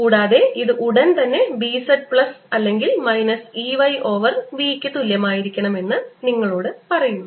കൂടാതെ ഇത് ഉടൻ തന്നെ B z പ്ലസ് അല്ലെങ്കിൽ minus E y over v ക്ക് തുല്യമായിരിക്കണം എന്ന് നിങ്ങളോട് പറയുന്നു